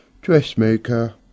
dressmaker